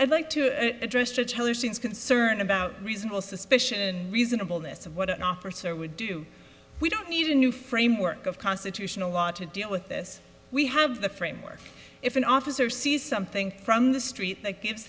is concerned about reasonable suspicion reasonable this of what an officer would do we don't need a new framework of constitutional law to deal with this we have the framework if an officer sees something from the street that g